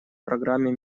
программе